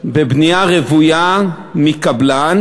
בבנייה רוויה מקבלן,